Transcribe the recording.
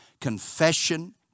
confession